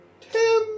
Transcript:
Tim